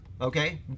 okay